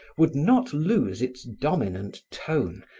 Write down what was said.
would not lose its dominant tone,